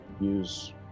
use